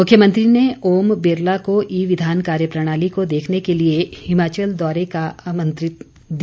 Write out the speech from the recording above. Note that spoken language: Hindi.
मुख्यमंत्री ने ओम बिरला को ई विधान कार्य प्रणाली को देखने के लिए हिमाचल दौरे पर आमंत्रित किया